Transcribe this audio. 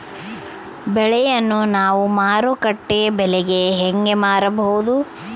ಬೆಳೆಯನ್ನ ನಾವು ಮಾರುಕಟ್ಟೆ ಬೆಲೆಗೆ ಹೆಂಗೆ ಮಾರಬಹುದು?